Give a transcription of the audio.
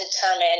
determine